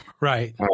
Right